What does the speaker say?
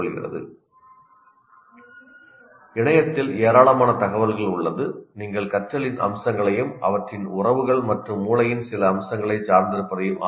" இணையத்தில் ஏராளமான தகவல்கள் உள்ளது நீங்கள் கற்றலின் அம்சங்களையும் அவற்றின் உறவுகள் மற்றும் மூளையின் சில அம்சங்களைச் சார்ந்திருப்பதையும் ஆராயலாம்